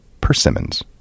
Persimmons